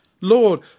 Lord